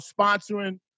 sponsoring